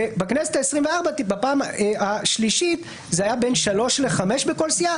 בכנסת העשרים וארבע בפעם השלישית זה היה בין שלושה לחמישה בכל סיעה,